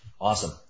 Awesome